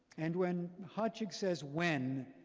and when khatchig says when,